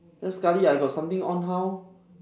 then sekali I got something on how